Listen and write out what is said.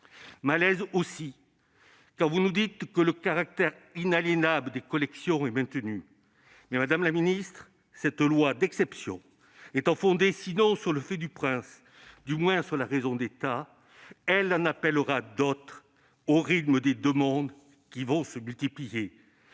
davantage quand vous nous dites que le caractère inaliénable des collections est maintenu. Mais, madame la ministre, cette loi d'exception étant fondée, sinon sur le fait du prince, du moins sur la raison d'État, elle en appellera d'autres au rythme des demandes qui vont se multiplier